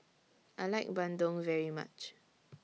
I like Bandung very much